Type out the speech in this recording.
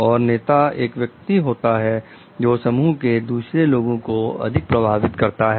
और नेता एक व्यक्ति होता है जो समूह में दूसरे लोगों को अधिक प्रभावित करता है